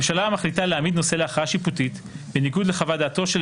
ממשלה המחליטה להעמיד נושא להכרעה שיפוטית בניגוד לחוות-דעתו של